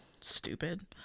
stupid